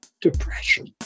Depression